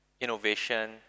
innovation